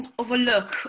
overlook